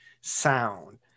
sound